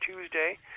Tuesday